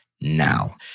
now